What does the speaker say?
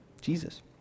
Jesus